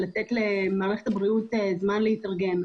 של לתת למערכת הבריאות זמן להתארגן.